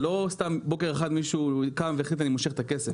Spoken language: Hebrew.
זה לא שמישהו סתם קם בוקר אחד והחליט שהוא מושך את הכסף.